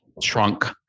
shrunk